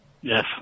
Yes